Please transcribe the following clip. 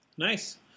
nice